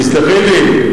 תסלחי לי,